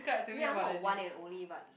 ya not one and only but